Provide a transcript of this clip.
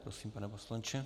Prosím, pane poslanče.